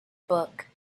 book